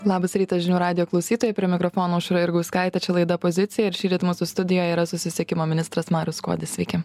labas rytas žinių radijo klausytoja prie mikrofono aušra jurgauskaitė čia laida pozicija ir šįryt mūsų studijoje yra susisiekimo ministras marius kodis sveiki